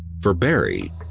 for barrie,